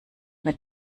mit